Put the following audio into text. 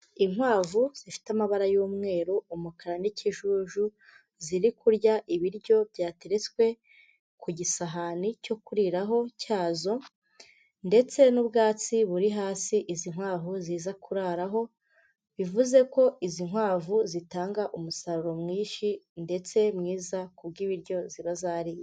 Inkwavu zifite amabara y'umweru, umukara n'ikijuju, ziri kurya ibiryo byateretswe ku gisahani cyo kuriraraho cyazo ndetse n'ubwatsi buri hasi izi nkwavu ziza kurararaho, bivuze ko izi nkwavu zitanga umusaruro mwinshi ndetse mwiza ku bw'ibiryo ziba zariye.